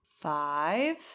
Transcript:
Five